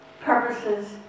purposes